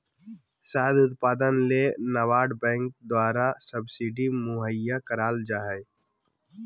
शहद उत्पादन ले नाबार्ड बैंक द्वारा सब्सिडी मुहैया कराल जा हय